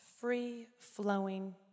Free-flowing